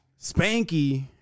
spanky